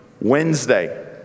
Wednesday